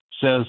says